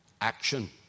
action